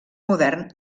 modern